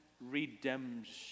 redemption